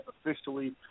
officially